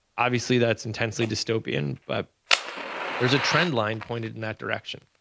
obviously, that's intensely dystopian, but there's a trend line pointed in that direction.